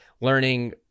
learning